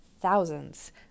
thousands